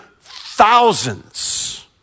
thousands